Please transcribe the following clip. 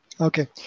Okay